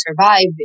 survive